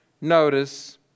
Notice